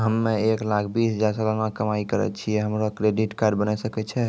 हम्मय एक लाख बीस हजार सलाना कमाई करे छियै, हमरो क्रेडिट कार्ड बने सकय छै?